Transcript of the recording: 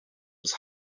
was